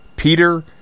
Peter